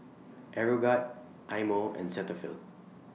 Aeroguard Eye Mo and Cetaphil